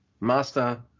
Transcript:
Master